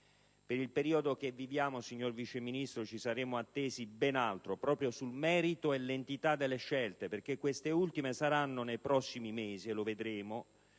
Per il periodo che viviamo, signor Vice Ministro, ci saremmo attesi ben altro, proprio sul merito e sull'entità delle scelte, perché queste ultime nei prossimi mesi saranno - e lo vedremo